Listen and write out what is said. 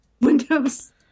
windows